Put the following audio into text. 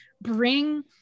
bring